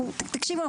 תקשיבו,